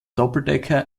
doppeldecker